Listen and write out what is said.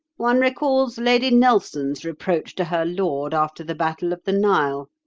one recalls lady nelson's reproach to her lord after the battle of the nile.